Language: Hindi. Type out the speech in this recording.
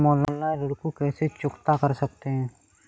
हम ऑनलाइन ऋण को कैसे चुकता कर सकते हैं?